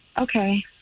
Okay